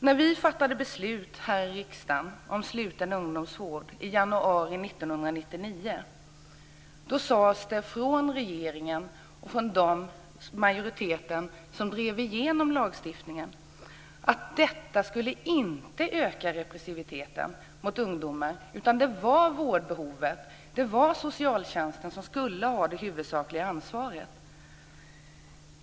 När vi fattade beslut här i riksdagen om sluten ungdomsvård i januari 1999 sades det från regeringen och från den majoritet som drev igenom lagstiftningen att detta inte skulle öka repressiviteten mot ungdomar. Det var vårdbehovet som gällde och det var socialtjänsten som skulle ha det huvudsakliga ansvaret.